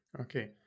Okay